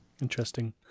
Interesting